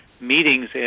meetings